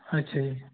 ਅੱਛਾ ਜੀ